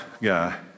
guy